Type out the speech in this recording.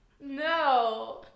no